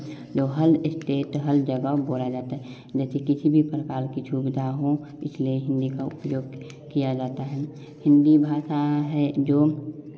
हर state हर जगह बोला जाता है जैसे किसी भी प्रकार की सुविधा हो हम इसलिए हिन्दी का उपयोग किया जाता है हिंदी भाषा है जो